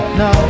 no